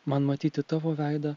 man matyti tavo veidą